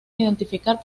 identificar